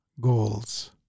goals